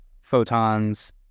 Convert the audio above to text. Photons